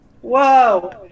whoa